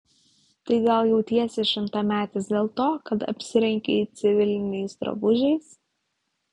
tai gal jautiesi šimtametis dėl to kad apsirengei civiliniais drabužiais